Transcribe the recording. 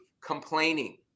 complaining